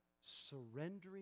surrendering